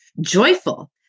Joyful